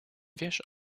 wiesz